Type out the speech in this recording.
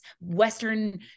Western